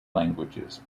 languages